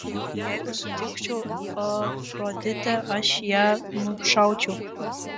jeigu sutikčiau afroditę aš ją nušaučiau